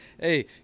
Hey